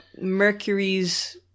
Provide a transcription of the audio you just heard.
mercury's